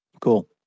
Cool